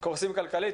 קורסים כלכלית.